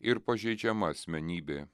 ir pažeidžiama asmenybė